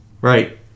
Right